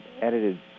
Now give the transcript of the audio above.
edited